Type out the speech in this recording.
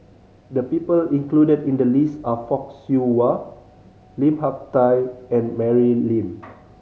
the people included in the list are Fock Siew Wah Lim Hak Tai and Mary Lim